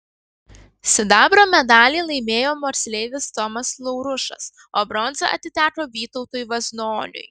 sidabro medalį laimėjo moksleivis tomas laurušas o bronza atiteko vytautui vaznoniui